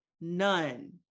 None